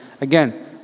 again